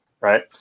right